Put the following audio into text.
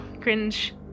cringe